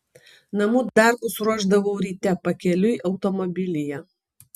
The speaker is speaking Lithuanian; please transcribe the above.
namų darbus ruošdavau ryte pakeliui automobilyje